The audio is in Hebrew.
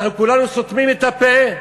אנחנו כולנו סותמים את הפה,